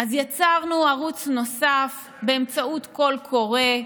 אז יצרנו ערוץ נוסף באמצעות קול קורא,